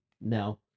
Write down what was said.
No